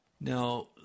Now